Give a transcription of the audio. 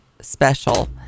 Special